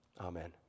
Amen